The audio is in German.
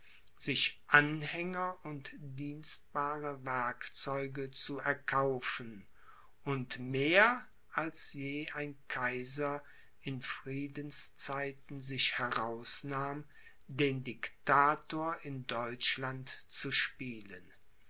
sich anhänger und dienstbare werkzeuge zu erkaufen und mehr als je ein kaiser in friedenszeiten sich herausnahm den diktator in deutschland zu spielen